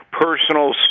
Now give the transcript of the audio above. personal